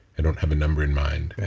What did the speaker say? i don't have a number in mind.